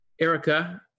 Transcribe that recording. Erica